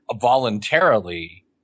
voluntarily